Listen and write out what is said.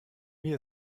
mir